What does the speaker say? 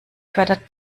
fördert